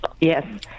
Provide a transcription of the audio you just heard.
yes